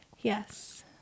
Yes